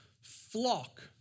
flock